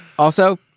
also,